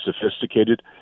sophisticated